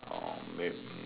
oh may~